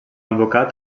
advocat